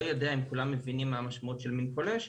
יודע אם כולם מבינים מה המשמעות של מין פולש,